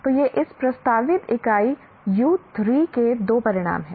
तो यह इस प्रस्तावित इकाई U 3 के दो परिणाम हैं